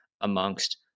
amongst